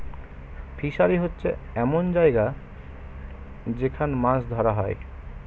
fishery হচ্ছে এমন জায়গা যেখান মাছ ধরা হয়